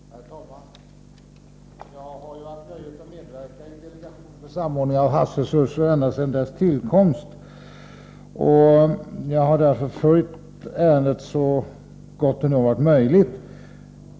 Herr talman! Jag har haft nöjet att medverka i delegationen för samordning av havsresursverksamheten ända från dess tillkomst, och jag har därför följt ärendet så gott det har varit möjligt.